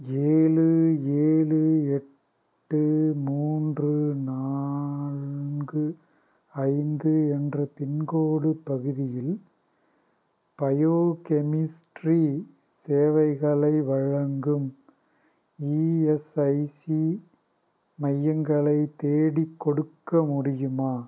ஏழு ஏழு எட்டு மூன்று நான்கு ஐந்து என்ற பின்கோடு பகுதியில் பயோகெமிஸ்ட்ரி சேவைகளை வழங்கும் இஎஸ்ஐசி மையங்களை தேடிக்கொடுக்க முடியுமா